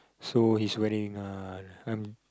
so he's wearing uh